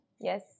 Yes